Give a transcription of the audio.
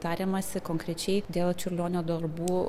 tariamasi konkrečiai dėl čiurlionio darbų